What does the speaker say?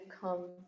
come